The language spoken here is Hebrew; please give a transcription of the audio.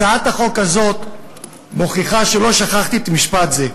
הצעת החוק הזאת מוכיחה שלא שכחתי משפט זה.